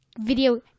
Video